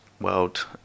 world